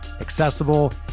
accessible